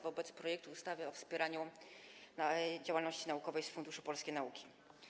wobec projektu ustawy o wspieraniu działalności naukowej z Funduszu Polskiej Nauki.